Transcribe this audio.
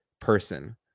person